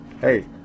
Hey